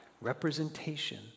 representation